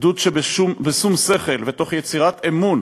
גדוד שבשום שכל ותוך יצירת אמון